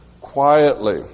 quietly